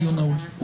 הדיון נעול.